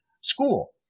school